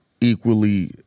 equally